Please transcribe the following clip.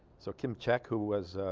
so kim chaek who was ah.